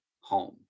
home